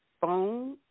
phone